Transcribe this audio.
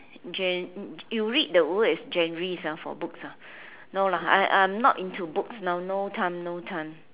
gen~ you read the word is genre ah for books ah no lah I I am not into books now no time no time